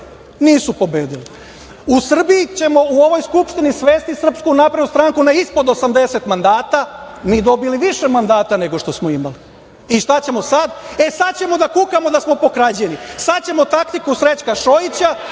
Nisu pobedili. „U Skupštini Srbije ćemo svesti Srpsku naprednu stranku na ispod 80 mandata“, a mi dobili više mandata nego što smo imali. I, šta ćemo sad? E sad ćemo da kukamo da smo pokradeni. Sad ćemo taktiku Srećka Šojića,